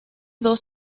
dos